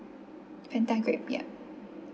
Fanta grape ya